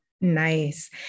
Nice